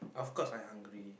of course I hungry